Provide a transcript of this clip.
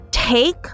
take